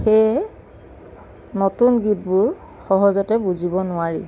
সেয়ে নতুন গীতবোৰ সহজতে বুজিব নোৱাৰি